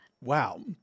Wow